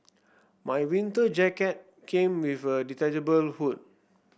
my winter jacket came with a detachable hood